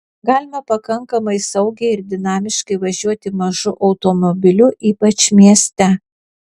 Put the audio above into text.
galima pakankamai saugiai ir dinamiškai važiuoti mažu automobiliu ypač mieste